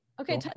okay